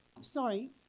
Sorry